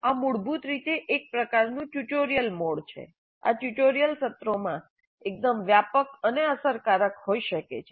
આ મૂળભૂત રીતે એક પ્રકારનું ટ્યુટોરિયલ મોડ છે આ ટ્યુટોરિયલ સત્રોમાં એકદમ વ્યાપક અને અસરકારક હોઈ શકે છે